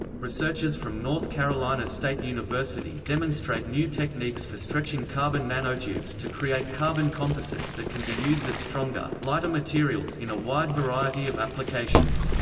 researchers from north carolina state university demonstrate new techniques for stretching carbon nanotubes to create carbon composites that can be used as stronger, lighter materials in a wide variety of applications.